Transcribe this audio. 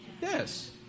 Yes